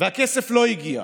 והכסף לא הגיע.